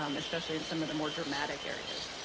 um especially in some of the more dramatic areas.